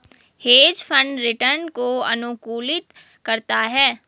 hedge fund return को अनुकूलित करता है